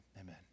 amen